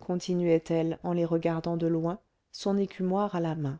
continuait elle en les regardant de loin son écumoire à la main